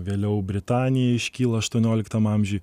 vėliau britanija iškyla aštuonioliktam amžiuj